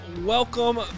Welcome